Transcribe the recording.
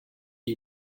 die